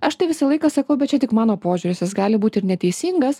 aš tai visą laiką sakau bet čia tik mano požiūris jis gali būti ir neteisingas